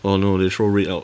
orh no they throw red out